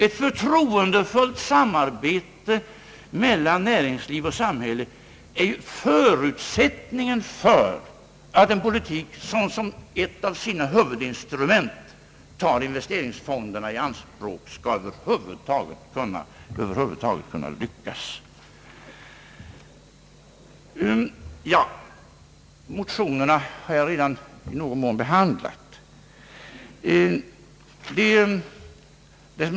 Ett förtroendefullt samarbete mellan näringsliv och samhälle är förutsättningen för att en politik, vilken som ett av sina huvudinstrument tar investeringsfonderna i anspråk, över huvud taget skall kunna lyckas. Motionerna har jag redan i någon mån behandlat.